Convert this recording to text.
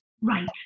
Right